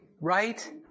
Right